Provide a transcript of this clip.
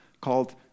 called